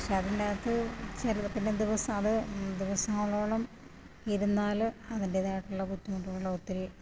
പക്ഷെ അതിൻ്റെ അകത്ത് ചെറിയ പിന്നെ ദിവസം അത് ദിവസങ്ങളോളം ഇരുന്നാൽ അതിൻ്റെതായിട്ടുള്ള ബുദ്ധിമുട്ടുകൾ ഒത്തിരി